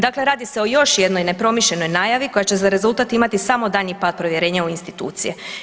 Dakle, radi se o još jednoj nepromišljenoj najavi koja će za rezultat imati samo daljnji pad povjerenja u institucije.